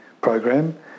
Program